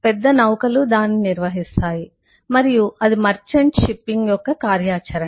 పెద్ద నౌకలు దానిని నిర్వహిస్తాయి మరియు అది మర్చంట్ షిప్పింగ్ యొక్క కార్యాచరణ